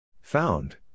Found